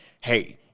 hey